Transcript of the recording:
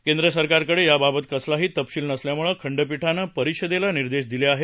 केंद्र सरकारकडे याबाबत कसलाही तपशील नसल्यामुळे खडपीठानं परिषदेला निर्देश दिले आहेत